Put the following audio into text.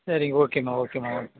சரிங்க ஓகேங்க ஓகேம்மா ஓகே